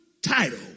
title